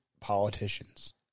politicians